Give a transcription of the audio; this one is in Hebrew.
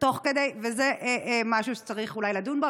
תוך כדי, וזה משהו שצריך אולי לדון בו.